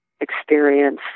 experience